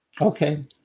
Okay